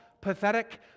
pathetic